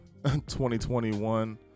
2021